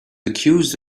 accused